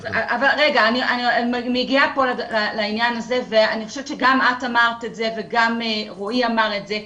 אני מגיעה לעניין הזה ואני חושבת שגם את אמרת את זה וגם רועי אמר את זה.